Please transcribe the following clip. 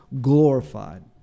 glorified